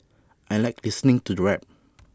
I Like listening to rap